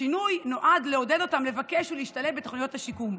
השינוי נועד לעודד אותם לבקש להשתלב בתוכניות השיקום.